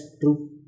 True